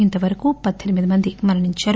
ఇంతవరకు పద్దెనిమిది మంది మరణించారు